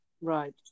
Right